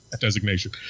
designation